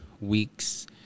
weeks